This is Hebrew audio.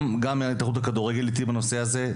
גם ההתאחדות לכדורגל איתי בנושא הזה.